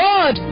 God